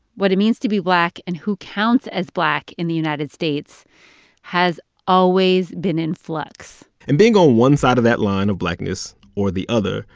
what it means to be black and who counts as black in the united states has always been in flux and being on one side of that line of blackness or the other,